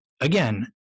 again